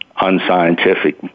unscientific